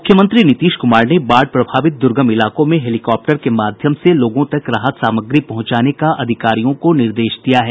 मुख्यमंत्री नीतीश कुमार ने बाढ़ प्रभावित दुर्गम इलाकों में हेलीकॉप्टर के माध्यम से लोगों तक राहत सामग्री पहुंचाने का अधिकारियों को निर्देश दिया है